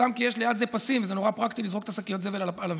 סתם כי יש ליד זה פסים וזה נורא פרקטי לזרוק את שקיות הזבל על המסילה,